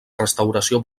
restauració